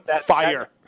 fire